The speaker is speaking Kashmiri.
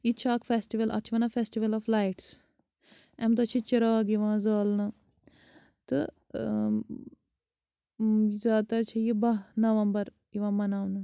یہِ تہِ چھِ اَکھ فیٚسٹِوَل اَتھ چھِ وَنان فیٚسٹِوَل آف لایِٹٕس اَمہِ دۄہ چھِ چِراغ یِوان زالنہٕ تہٕ ٲں زیادٕ تَر چھِ یہِ بَاہ نومبر یِوان مَناونہٕ